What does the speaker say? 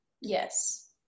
Yes